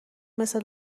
مثل